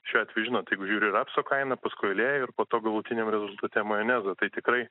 šiuo atveju žinot jeigu žiūriu į rapso kainą paskui į aliejų ir po to galutiniam rezultate majonezą tai tikrai